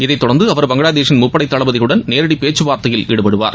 இதைத் தொடர்ந்து அவர் பங்ளாதேஷின் முப்படை தளபதிகளுடன் நேரடி பேச்சுவார்த்தையில் ஈடுபடுவார்